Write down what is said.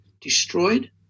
destroyed